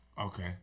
Okay